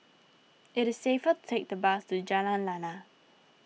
it is safer to take the bus to Jalan Lana